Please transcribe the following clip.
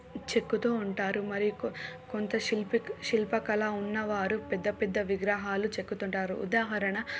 చెక్కుతూ ఉంటారు మరి కొంత శిల్పి శిల్ప కళ ఉన్నవారు పెద్ద పెద్ద విగ్రహాలు చెక్కుతుంటారు ఉదాహరణకి